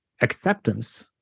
acceptance